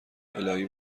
االهی